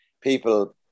people